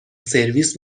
سرویس